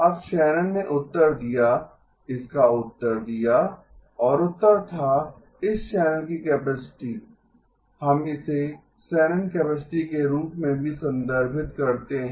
अब शैनन ने उत्तर दिया इसका उत्तर दिया और उत्तर था इस चैनल की कैपेसिटी हम इसे शैनन कैपेसिटी के रूप में भी संदर्भित करते हैं